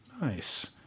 Nice